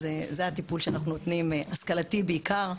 אז זה הטיפול שאנחנו נותנים השכלתי בעיקר.